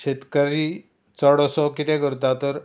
शेतकरी चड असो कितें करता तर